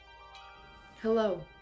Hello